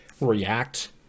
react